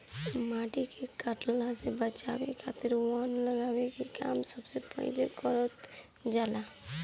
माटी के कटला से बचावे खातिर वन लगावे के काम सबसे पहिले कईल जाला